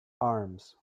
arms